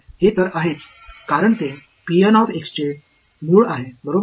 हे तर आहेच कारण ते चे मूळ आहे बरोबर